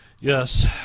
Yes